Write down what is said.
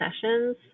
sessions